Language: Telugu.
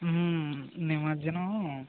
నిమజ్జనం